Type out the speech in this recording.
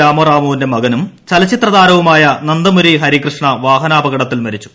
രാമറാവുവിന്റെ മകനും ചലച്ചിത്രതാരവുമായ നന്ദമുരി ഹരികൃഷ്ണ വാഹനാപകടത്തിൽ മരിച്ചു